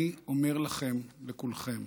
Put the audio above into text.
אני אומר לכם, לכולכם: